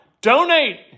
donate